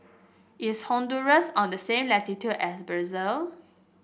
is Honduras on the same latitude as Brazil